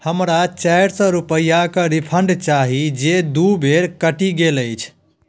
हमरा चारि सए रूपैआके रिफन्ड चाही जे दू बेर कटि गेल अछि